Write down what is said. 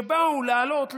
שבאו לעלות,